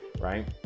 right